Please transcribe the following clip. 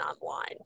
online